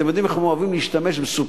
אתם יודעים איך הם אוהבים להשתמש בסופרלטיבים